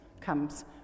comes